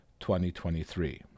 2023